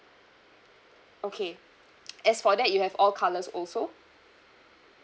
okay as for that you have all colours also